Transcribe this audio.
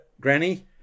Granny